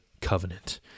covenant